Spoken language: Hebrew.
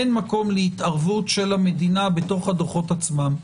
אין מקום להתערבות של המדינה בתוך הדוחות עצמם.